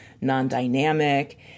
non-dynamic